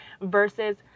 versus